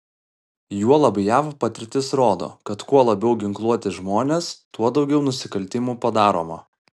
juolab jav patirtis rodo kad kuo labiau ginkluoti žmonės tuo daugiau nusikaltimų padaroma